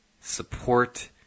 support